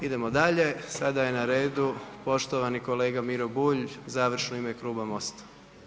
Idemo dalje, sada je na redu poštovani kolega Miro Bulj, završno u ime Kluba MOST-a.